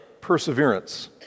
perseverance